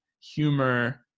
humor